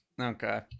Okay